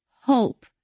hope